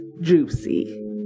juicy